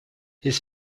his